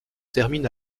termine